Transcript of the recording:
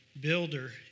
builder